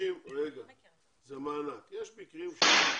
יש מקרים שזה מתעכב,